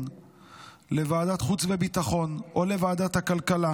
בוועדת החוץ והביטחון או בוועדת הכלכלה,